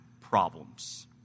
problems